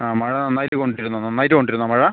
ആ മഴ നന്നായിട്ട് കൊണ്ടിരുന്നോ നന്നായിട്ട് കൊണ്ടിരുന്നോ മഴ